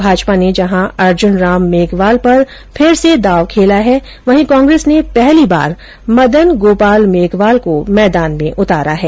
भाजपा ने जहां अर्जुन राम मेघवाल पर फिर से दांव खेला है वहीं कांग्रेस ने मदन गोपाल मेघवाल को पहली बार मैदान में उतारा है